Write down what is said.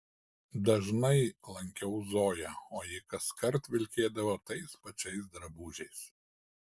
dažnai lankiau zoją o ji kaskart vilkėdavo tais pačiais drabužiais